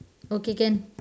okay can